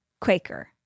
Quaker